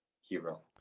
hero